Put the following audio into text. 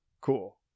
cool